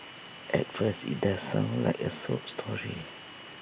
at first IT does sound like A sob story